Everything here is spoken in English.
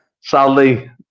sadly